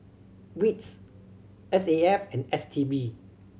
wits S A F and S T B